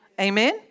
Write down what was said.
Amen